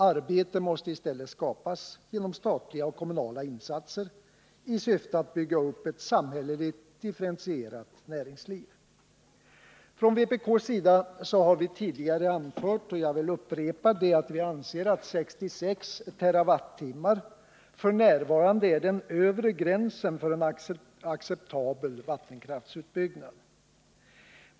Arbete måste i stället skapas genom statliga och kommunala insatser i syfte att bygga upp ett samhälleligt, differentierat näringsliv. Från vpk:s sida har vi tidigare anfört, och jag vill upprepa det, att vi anser att 66 TWh f. n. är den övre gränsen för en acceptabel vattenkraftsutbyggnad.